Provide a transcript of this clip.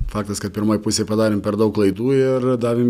faktas kad pirmoje pusėj padarėm per daug klaidų ir davėm